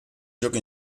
gioco